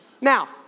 Now